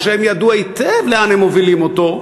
או שהם ידעו היטב לאן הם מובילים אותו.